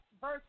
verse